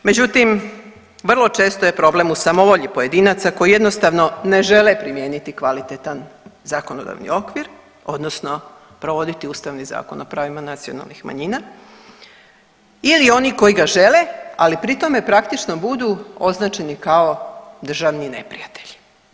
Međutim, vrlo često je problem u samovolji pojedinaca koji jednostavno ne žele primijeniti kvalitetan zakonodavni okvir odnosno provoditi Ustavni zakon o pravima nacionalnih manjina ili oni koji ga žele, ali pri tome praktično budu označeni kao državni neprijatelji.